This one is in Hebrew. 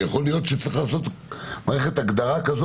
ויכול להיות שצריך לעשות מערכת הגדרה כזו